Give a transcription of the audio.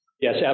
Yes